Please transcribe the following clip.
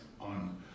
on